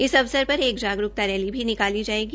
इस अवसर पर एक जागरूकता रली भरी निकाली जायेगी